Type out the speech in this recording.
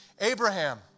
Abraham